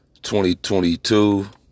2022